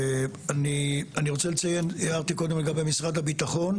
אני רוצה לציין, הערתי קודם על משרד הביטחון.